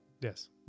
Yes